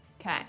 Okay